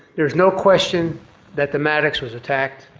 there is no question that the maddox was attacked.